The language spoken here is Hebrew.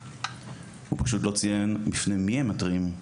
הוא פשוט לא ציין בפני הם מתריעים.